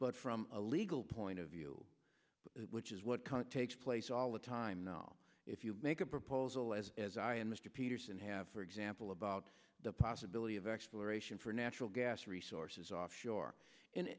but from a legal point of view which is what takes place all the time now if you make a proposal as as i and mr peterson have for example about the possibility of exploration for natural gas resources offshore and